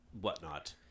whatnot